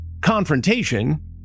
confrontation